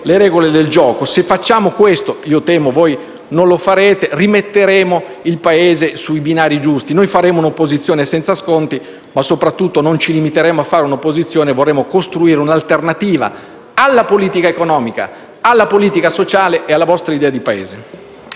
le regole del gioco. Se facciamo questo - ma temo che non lo farete - rimetteremo il Paese sui binari giusti. Noi faremo un'opposizione senza sconti ma, soprattutto, non ci limiteremo a fare un'opposizione: vorremmo costruire un'alternativa alla politica economica, alla politica sociale e alla vostra idea di Paese.